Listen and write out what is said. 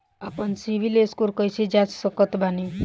आपन सीबील स्कोर कैसे जांच सकत बानी?